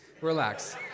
relax